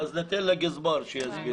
ניתן לגזבר להשיב.